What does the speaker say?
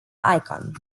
icon